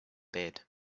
bed